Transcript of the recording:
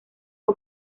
que